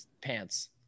pants